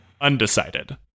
undecided